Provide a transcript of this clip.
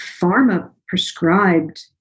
pharma-prescribed